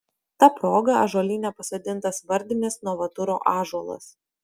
ta proga ąžuolyne pasodintas vardinis novaturo ąžuolas